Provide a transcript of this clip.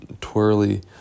twirly